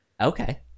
Okay